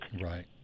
Right